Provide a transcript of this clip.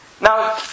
Now